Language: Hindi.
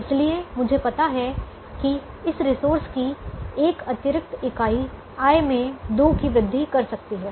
इसलिए मुझे पता है कि इस रिसोर्स की 1 अतिरिक्त इकाई आय में 2 की वृद्धि कर सकती है